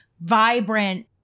vibrant